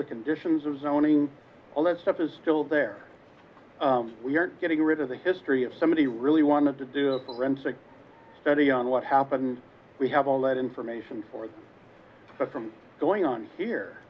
the conditions of zoning all that stuff is still there we are getting rid of the history of somebody really wanted to do a forensic study on what happened we have all that information for from going on here